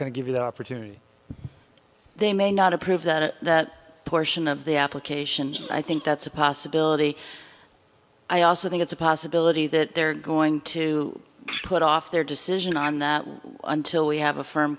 going to give you the opportunity they may not approve that portion of the applications i think that's a possibility i also think it's a possibility that they're going to put off their decision on that until we have a firm